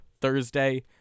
Thursday